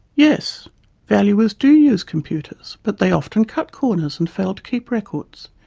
yes valuers do use computers but they often cut corners and fail to keep records.